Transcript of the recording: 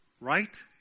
Right